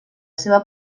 seva